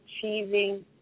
Achieving